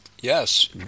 Yes